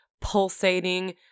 pulsating